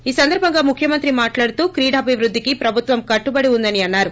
ఈ సందర్పంగా ముఖ్యమంత్రి మాట్లాడుతూ క్రిడాభివుద్గికి ప్రబుత్వం కట్టుబడి వుందని అన్నారు